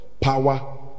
Power